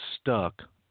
stuck